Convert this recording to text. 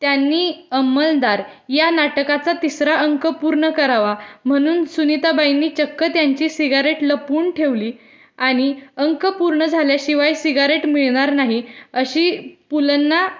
त्यांनी अंमलदार या नाटकाचा तिसरा अंक पूर्ण करावा म्हणून सुनीताबाईनी चक्क त्यांची सिगारेट लपून ठेवली आणि अंक पूर्ण झाल्याशिवाय सिगारेट मिळणार नाही अशी पु लंना